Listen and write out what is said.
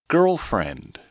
Girlfriend